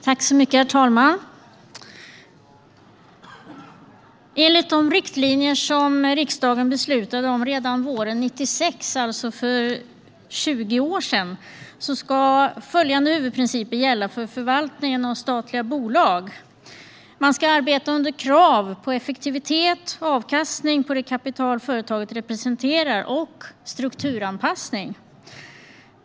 Herr talman! Enligt de riktlinjer som riksdagen beslutade om redan våren 1996, alltså för 20 år sedan, ska följande huvudprinciper gälla för förvaltningen av statliga bolag. Man ska arbeta under krav på effektivitet, avkastning på det kapital företaget representerar och strukturanpassning.